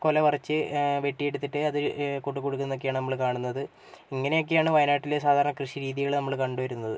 കൊല പറിച്ച് വെട്ടിയെടുത്തിട്ട് അത് കൊണ്ടു കൊടുക്കുന്നതൊക്കെയാണ് നമ്മൾ കാണുന്നത് ഇങ്ങനെയൊക്കെയാണ് വയനാട്ടിൽ സാധാരണ കൃഷി രീതികൾ നമ്മൾ കണ്ടു വരുന്നത്